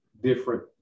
different